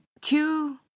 two